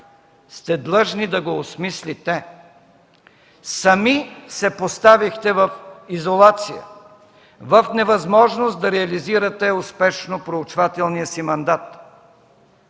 сте длъжни да го осмислите. Сами се поставихте в изолация, в невъзможност да реализирате успешно проучвателния си мандат.